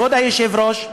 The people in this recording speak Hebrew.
כבוד היושב-ראש,